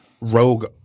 rogue